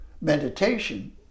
meditation